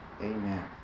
Amen